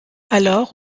alors